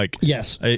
Yes